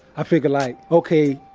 i figure like, ok.